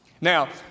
Now